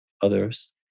others